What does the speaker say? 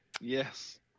yes